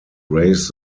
raise